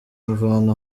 mvana